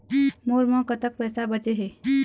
मोर म कतक पैसा बचे हे?